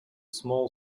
small